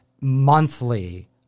monthly